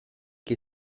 che